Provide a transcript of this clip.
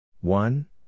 one